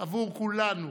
בעבור כולנו